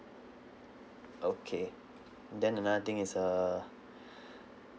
okay and then another thing is uh